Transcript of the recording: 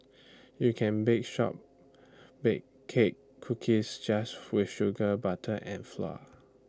you can bake shortbread cake cookies just with sugar butter and flour